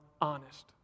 honest